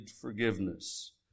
forgiveness